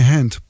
Hand